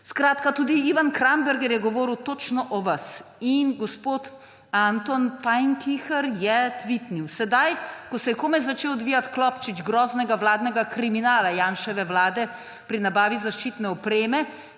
tudi Ivan Kramberger je govoril točno o vas. In gospod Anton Peinkiher je tvitnil: »Sedaj, ko se je komaj začel odvijati klopčič groznega vladnega kriminala Janševe vlade pri nabavi zaščitne opreme,